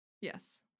Yes